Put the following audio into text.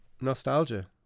nostalgia